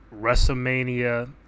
WrestleMania